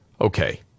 okay